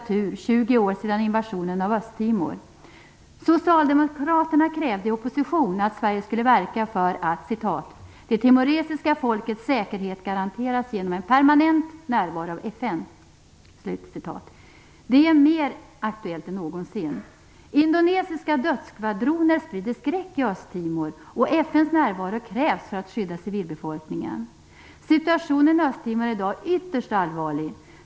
Det är nu också 20 år sedan invasionen av Östtimor. Socialdemokraterna krävde i opposition att Sverige skulle verka för att "det timoresiska folkets säkerhet garanteras genom en permanent närvaro av FN". Det är mer aktuellt än någonsin. Indonesiska dödsskvadroner sprider skräck i Östtimor, och FN:s närvaro krävs för att skydda civilbefolkningen. Situationen i Östtimor är i dag ytterst allvarlig.